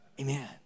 Amen